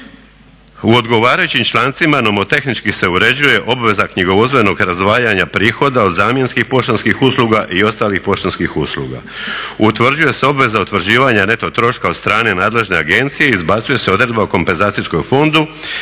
U odgovarajućim člancima nomotehnički se uređuje obveza knjigovodstvenog razdvajanja prihoda od zamjenskih poštanskih usluga i ostalih poštanskih usluga. Utvrđuje se obveza utvrđivanja neto troška od strane nadležne agencije i izbacuje se odredba o kompenzacijskom fondu